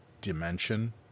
dimension